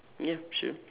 ya sure